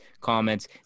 comments